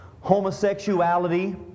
homosexuality